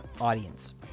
audience